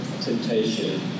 temptation